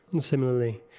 Similarly